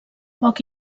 poc